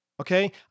okay